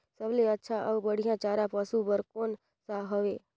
सबले अच्छा अउ बढ़िया चारा पशु बर कोन सा हवय?